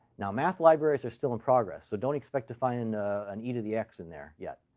now, math libraries are still in progress, so don't expect to find an e to the x in there yet.